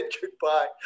goodbye